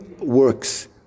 works